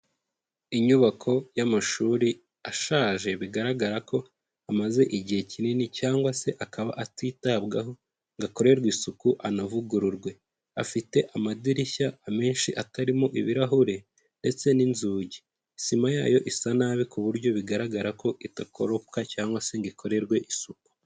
Inyubako y'amashuri ashaje bigaragara ko amaze igihe kinini, cyangwa se akaba atitabwaho ngo akorerwe isuku, anavugururwe, afite amadirishya menshi atarimo ibirahure ndetse n'inzugi, sima yayo isa nabi ku buryo bigaragara ko idakoropwa cyangwa se ngo ikorerwe isuku.